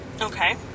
Okay